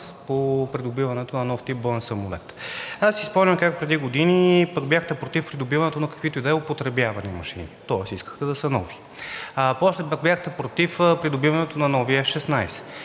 по придобиването на нов тип боен самолет. Аз си спомням как преди години пък бяхте против придобиването на каквито и да е употребявани машини, тоест искахте да са нови. После пък бяхте против придобиването на нови F-16.